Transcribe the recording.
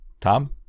Tom